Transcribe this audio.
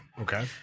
Okay